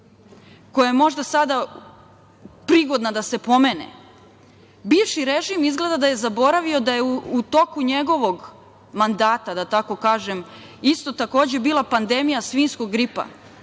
koja možda sada prigodna da se pomene, bivši režim izgleda da je zaboravio da je u toku njegovog mandata, da tako kažem, isto, takođe je bila pandemija svinjskog gripa.